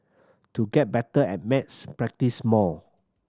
to get better at maths practise more